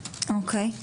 אוקיי.